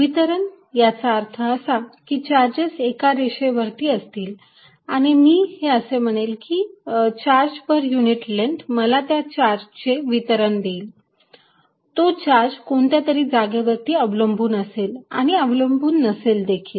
वितरण याचा अर्थ असा की चार्जेस एका रेषा वरती असतील आणि मी असे म्हणेल की चार्ज पर युनिट लेन्ग्थ मला त्या चार्जचे वितरण देईल तो चार्ज कोणत्या तरी जागे वरती अवलंबून असेल आणि अवलंबून नसेल देखील